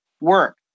work